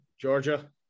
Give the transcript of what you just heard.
Georgia